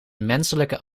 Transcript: menselijke